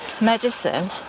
medicine